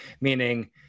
meaning